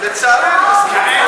לצערי אני מסכים.